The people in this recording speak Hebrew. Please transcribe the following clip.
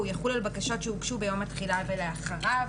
והוא יחול על בקשות שהוגשו ביום התחילה ולאחריו.